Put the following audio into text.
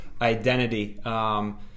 identity